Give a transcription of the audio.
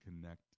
connect